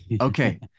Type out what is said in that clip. Okay